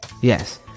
Yes